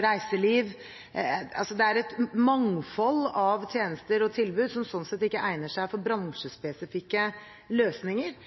reiseliv, altså det er et mangfold av tjenester og tilbud som sånn sett ikke egner seg for bransjespesifikke løsninger.